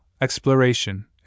exploration